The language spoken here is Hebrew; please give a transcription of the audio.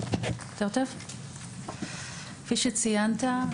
כפי שציינת,